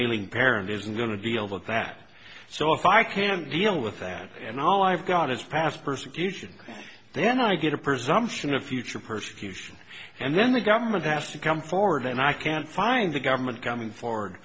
ailing parent isn't going to deal with that so if i can't deal with that and all i've got is past persecution then i get a presumption of future purchase commission and then the government has to come forward and i can find the government coming forward